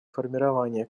формирования